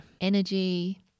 energy